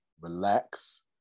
relax